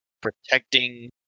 protecting